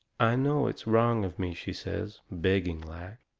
i know it's wrong of me, she says, begging-like.